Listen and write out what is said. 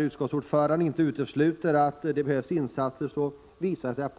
Utskottsordföranden uteslöt inte att det behövs insatser.